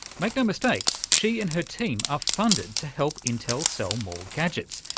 make no mistake, she and her team are funded to help intel sell more gadgets.